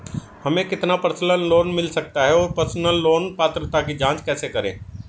हमें कितना personal loan मिल सकता है और पर्सनल लोन पात्रता की जांच कैसे करें?